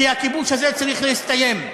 כי הכיבוש הזה צריך להסתיים.